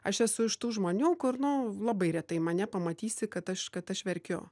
aš esu iš tų žmonių kur nu labai retai mane pamatysi kad aš kad aš verkiu